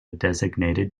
designated